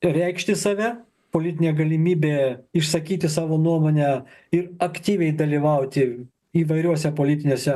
reikšti save politinė galimybė išsakyti savo nuomonę ir aktyviai dalyvauti įvairiose politinėse